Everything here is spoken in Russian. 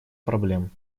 проблем